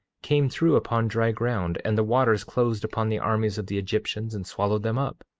came through upon dry ground, and the waters closed upon the armies of the egyptians and swallowed them up?